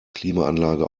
klimaanlage